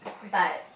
but